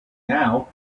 now